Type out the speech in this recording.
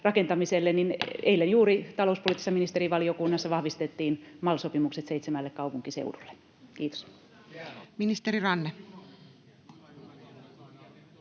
niin eilen juuri talouspoliittisessa ministerivaliokunnassa vahvistettiin MAL-sopimukset seitsemälle kaupunkiseudulle. — Kiitos. Ministeri Ranne.